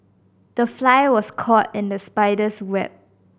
the fly was caught in the spider's web